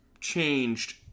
changed